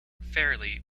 fairly